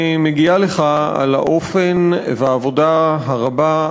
מגיעה לך על האופן ועל העבודה הרבה,